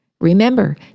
Remember